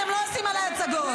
אתם לא עושים עליי הצגות.